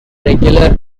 regular